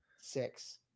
Six